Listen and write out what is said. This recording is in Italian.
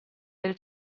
del